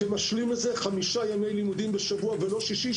כשאת זה משלים חמישה ימי לימודים בשבוע ולא שישי,